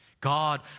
God